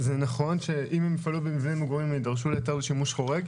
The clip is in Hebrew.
זה נכון שאם הם יפעלו במבנה מגורים הם ידרשו להיתר לשימוש חורג.